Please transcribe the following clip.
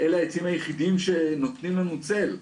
אלה העצים היחידים שנותנים לנו צל.